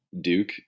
duke